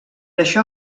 això